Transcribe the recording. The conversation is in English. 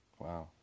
Wow